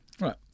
Right